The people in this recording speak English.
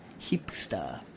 Hipster